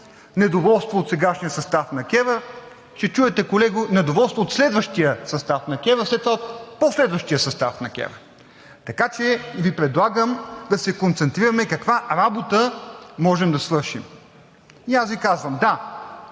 недоволство от сегашния състав на КЕВР, ще чуете, колеги, недоволство от следващия състав на КЕВР, след това от по-следващия състав на КЕВР, така че Ви предлагам да се концентрираме каква работа можем да свършим. И аз Ви казвам – да,